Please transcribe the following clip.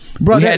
Bro